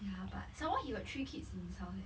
ya but somemore he got three kids in house eh